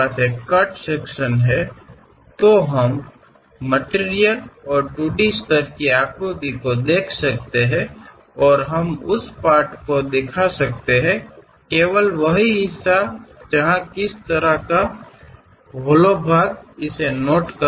ನಾವು ಕಟ್ ವಿಭಾಗವನ್ನು ಹೊಂದಿದ್ದರೆ ನಾವು ವಸ್ತು ಮತ್ತು 2 ಡಿ ಮಟ್ಟದ ಪ್ರಾತಿನಿಧ್ಯವನ್ನು ನೋಡಬಹುದು ನಾವು ಆ ಭಾಗವನ್ನು ಮಾತ್ರ ತೋರಿಸಬಹುದು ಅಲ್ಲಿ ಈ ಮೊನಚಾದ ಭಾಗವನ್ನು ಒಬ್ಬರು ಗಮನಿಸಬಹುದು ಯಾವ ಹಂತದವರೆಗೆ